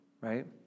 right